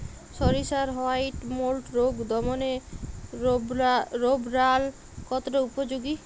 সরিষার white mould রোগ দমনে রোভরাল কতটা উপযোগী?